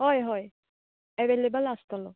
हय हय ऍव्हॅलेबल आसतलो